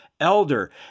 elder